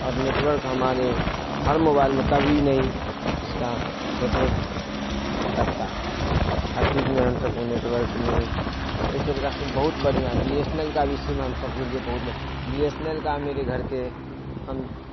اور network ہمارے ہر موبائل میں کبھی نہیں اس کا نیٹ ورک اٹکتا ہے ہر چیز میں ہم سب کو نیٹ ورک میں ایئرٹیل کا سم بہت بڑھیا بی ایس این ایل کا بھی سم ہم سب کے لیے بہت بی ایس این ایل کا میرے گھر کے ہم